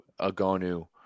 Agonu